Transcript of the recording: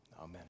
Amen